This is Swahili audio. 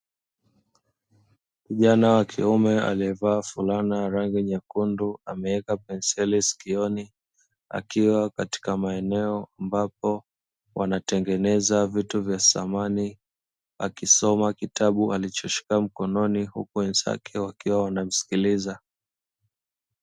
Kijana wa kiume alievaa fulana ya rangi nyekundu ameweka pemseli sikioni, akiwa kwene maeneo ambapo wanatengeneza vifaa vya samani akisoma kitabu alichoshika mkononi , huku wenzake wakiwa wanamsikiliza.